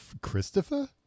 Christopher